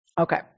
Okay